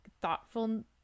thoughtful